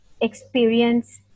experience